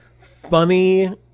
funny